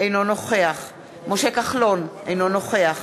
אינו נוכח משה כחלון, אינו נוכח